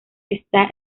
está